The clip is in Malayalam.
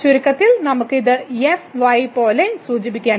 ചുരുക്കത്തിൽ നമുക്ക് ഇത് fy പോലെ സൂചിപ്പിക്കാൻ കഴിയും